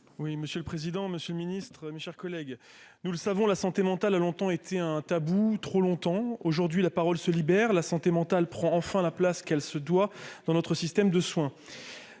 Oui, monsieur le président, Monsieur le Ministre, mes chers collègues, nous le savons, la santé mentale a longtemps été un tabou trop longtemps aujourd'hui la parole se libère la santé mentale prend enfin la place qu'elle se doit dans notre système de soins